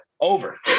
Over